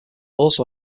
also